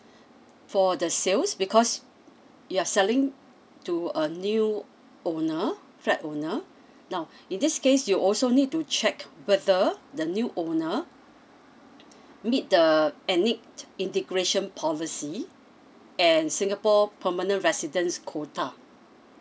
for the sales because you are selling to a new owner flat owner now in this case you also need to check whether the new owner meet the ethnic integration policy and singapore permanent resident's quota